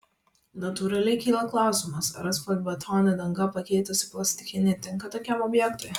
natūraliai kyla klausimas ar asfaltbetonio dangą pakeitusi plastikinė tinka tokiam objektui